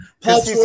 Paul